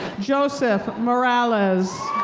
joseph morales.